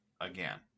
again